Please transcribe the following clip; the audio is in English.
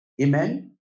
Amen